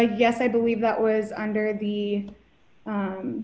yes i believe that was under the